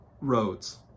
roads